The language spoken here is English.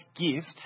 gift